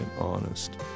honest